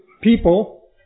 people